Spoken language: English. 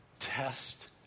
Test